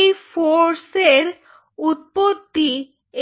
এই ফোর্স এর উৎপত্তি